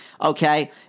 okay